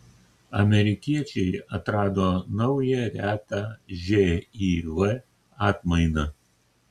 amerikiečiai atrado naują retą živ atmainą